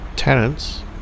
tenants